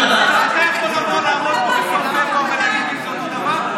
אתה יכול לעמוד פה בסוף פברואר ולהגיד לי שזה אותו דבר?